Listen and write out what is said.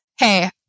hey